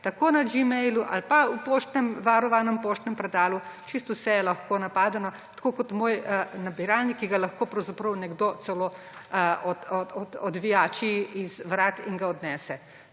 na gmailu ali pa v varovanem poštnem predalu, čisto vse je lahko napadeno, tako kot moj nabiralnik, ki ga lahko pravzaprav nekdo celo odvijači iz vrat in ga odnese.